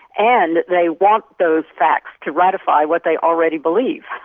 and they want those facts to ratify what they already believe.